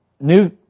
New